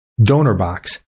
DonorBox